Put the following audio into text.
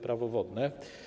Prawo wodne.